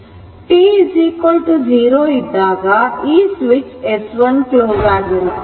t 0 ಇದ್ದಾಗ ಈ switch S1 close ಆಗಿರುತ್ತದೆ